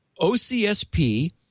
OCSP